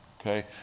Okay